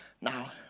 Now